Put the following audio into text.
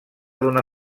d’una